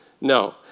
No